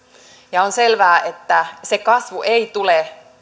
on selvää että se kasvu ei tule